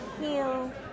heal